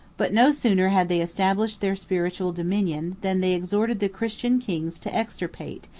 but no sooner had they established their spiritual dominion, than they exhorted the christian kings to extirpate,